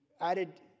added